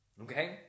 okay